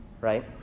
right